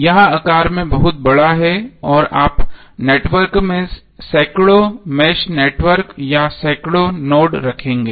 यह आकार में बहुत बड़ा है और आप नेटवर्क में सैकड़ों मेष नेटवर्क या सैकड़ों नोड रखेंगे